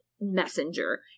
messenger